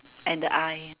and the eye